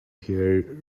hear